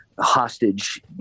Hostage